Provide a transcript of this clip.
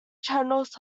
channels